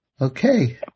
Okay